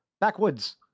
Backwoods